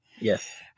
Yes